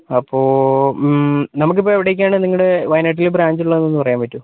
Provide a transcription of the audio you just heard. അപ്പോൾ നമുക്കിപ്പോൾ എവിടേക്കാണ് നിങ്ങളുടെ വയനാട്ടിൽ ബ്രാഞ്ച് ഉള്ളതെന്ന് ഒന്ന് പറയാൻ പറ്റുമോ